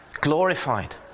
glorified